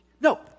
no